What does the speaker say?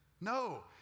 No